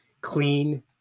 clean